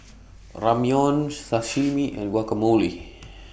Ramyeon Sashimi and Guacamole